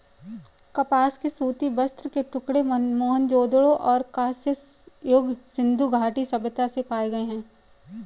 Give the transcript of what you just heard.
कपास के सूती वस्त्र के टुकड़े मोहनजोदड़ो और कांस्य युग सिंधु घाटी सभ्यता से पाए गए है